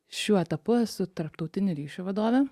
šiuo etapu esu tarptautinių ryšių vadovė